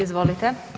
Izvolite.